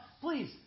please